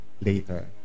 Later